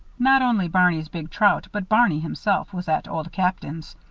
not only barney's big trout but barney himself was at old captain's.